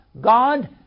God